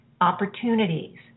opportunities